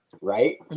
right